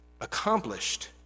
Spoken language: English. accomplished